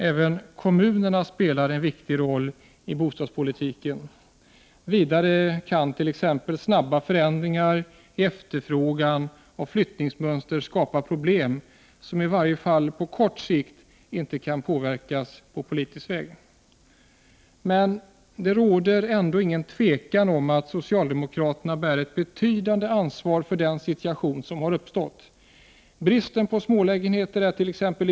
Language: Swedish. Även kommunerna spelar en viktig roll i bostadspolitiken. Vidare kan t.ex. snabba förändringar i efterfrågan och flyttningsmönster skapa problem, som i varje fall på kort sikt inte kan påverkas på politisk väg. Men det råder ändå inget tvivel om att socialdemokraterna bär ett betydande ansvar för den situation som har uppstått. Bristen på smålägenheter ärt.ex.